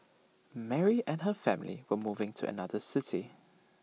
Mary and her family were moving to another city